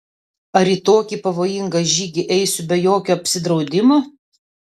ar į tokį pavojingą žygį eisiu be jokio apsidraudimo